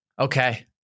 Okay